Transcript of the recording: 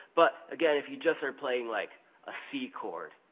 but again, if you just are playing like a c chord,